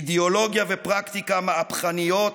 אידיאולוגיה ופרקטיקה מהפכניות,